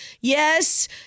Yes